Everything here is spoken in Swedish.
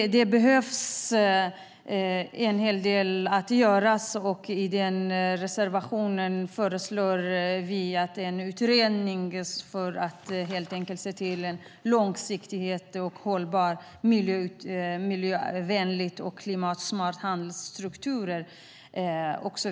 En hel del behöver göras. I reservationen föreslår vi en utredning för att se över långsiktiga, hållbara och klimatsmarta handelsstrukturer.